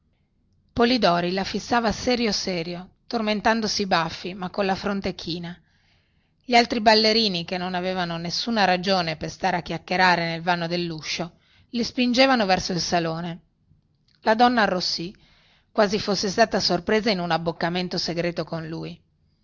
polidori la fissava serio serio tormentandosi i baffi ma colla fronte china gli altri ballerini che non avevano nessuna ragione per stare a chiacchierare nel vano delluscio li spingevano verso il salone la donna arrossì quasi fosse stata sorpresa in un abboccamento secreto con lui